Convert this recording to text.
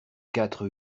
quatre